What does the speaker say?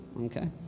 Okay